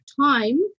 time